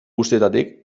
guztietatik